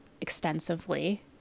extensively